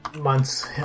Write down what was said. month's